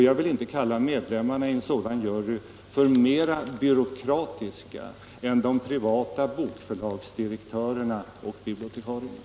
Jag vill inte kalla medlemmarna i en sådan jury för mera byråkratiska än de privata bokförlagsdirektörerna och bibliotekarierna.